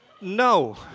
No